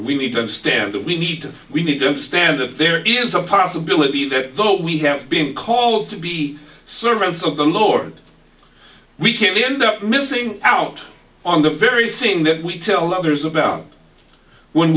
we need to understand that we need to we need to understand that there is a possibility that though we have been called to be servants of the lord we can't end up missing out on the very thing that we tell others about when